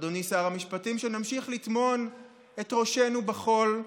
אדוני שר המשפטים, שנמשיך לטמון את ראשינו בחול,